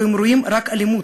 והם רואים רק אלימות.